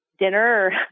dinner